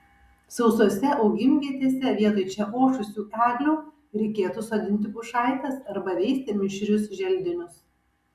sausose augimvietėse vietoj čia ošusių eglių reikėtų sodinti pušaites arba veisti mišrius želdinius